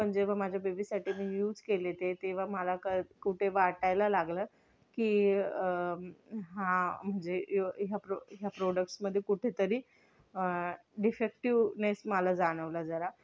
पण जेव्हा माझ्या बेबीसाठी मी यूज केले ते तेव्हा मला क कुठे वाटायला लागलं की हां म्हणजे ह्या प्रो ह्या प्रोडक्ट्समध्ये कुठे तरी डिफेक्टिवनेस मला जाणवला जरा